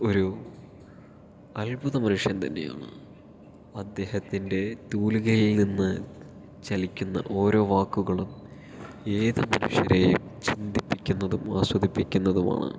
ഒരു അത്ഭുത മനുഷ്യൻ തന്നെയാണ് അദ്ദേഹത്തിൻ്റെ തൂലികയിൽ നിന്ന് ചലിക്കുന്ന ഓരോ വാക്കുകളും ഏത് മനുഷ്യരേയും ചിന്തിപ്പിക്കുന്നതും ആസ്വദിപ്പിക്കുന്നതുമാണ്